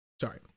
Sorry